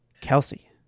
Kelsey